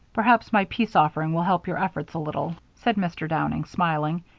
perhaps my peace-offering will help your efforts a little, said mr. downing, smiling.